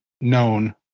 known